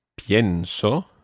pienso